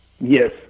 Yes